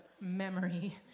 memory